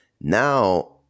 now –